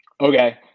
Okay